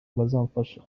bazamfasha